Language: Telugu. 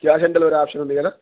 cash on delivery option ఉందినా